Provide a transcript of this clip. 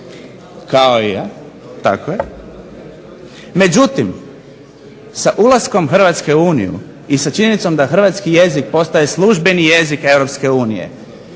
kao i ja, tako je. Međutim, sa ulaskom Hrvatske u Uniju i sa činjenicom da hrvatski jezik postaje službeni jezik EU